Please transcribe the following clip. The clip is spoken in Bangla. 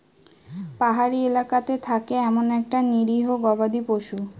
পাহাড়ি এলাকাতে থাকে এমন একটা নিরীহ গবাদি পশু